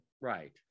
Right